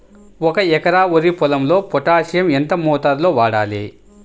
ఒక ఎకరా వరి పొలంలో పోటాషియం ఎంత మోతాదులో వాడాలి?